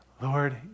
Lord